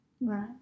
Right